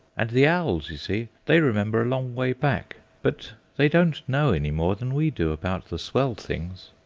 and the owls, you see, they remember a long way back, but they don't know any more than we do about the swell things.